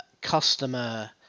customer